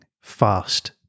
fast